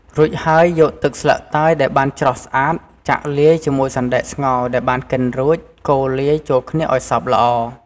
រួចហើយ យកទឹកស្លឹកតើយដែលបានច្រោះស្អាត ចាក់លាយជាមួយសណ្ដែកស្ងោរដែលបានកិនរួច កូរលាយចូលគ្នាឱ្យសព្វល្អ។